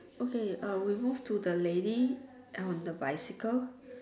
okay uh we move to the lady on the bicycle